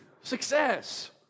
success